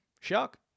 Shock